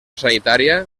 sanitària